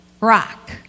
rock